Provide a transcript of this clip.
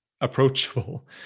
approachable